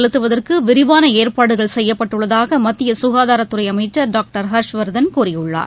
செலுத்துவதற்குவிரிவானஏற்பாடுகள் செய்யப்பட்டுள்ளதாகமத்தியசுகாதாரத்துறைஅமைச்சர் டாக்டர் ஹர்ஷ்வர்தன் கூறியுள்ளார்